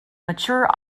mature